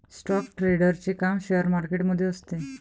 stock ट्रेडरचे काम share market मध्ये असते